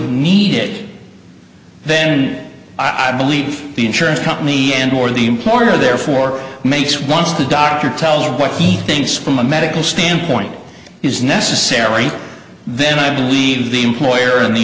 need it then i believe the insurance company and more the employer therefore makes once the doctor tells him what he thinks from a medical standpoint is necessary then i believe the employer and the